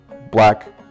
black